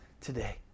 today